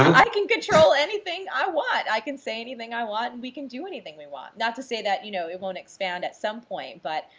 i can control anything i want, i can say anything i want, and we can do anything we want. not to say that, you know, it won't expand at some point, but.